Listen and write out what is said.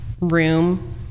room